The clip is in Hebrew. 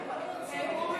יואל,